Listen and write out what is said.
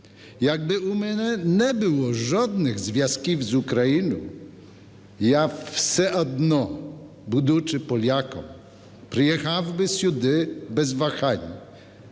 якби в мене не було жодних зв'язків з Україною, я все одно, будучи поляком, приїжджав би сюди без вагань,